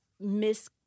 miss